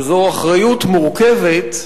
וזו אחריות מורכבת,